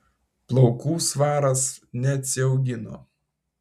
plaukų svaras neatsiaugino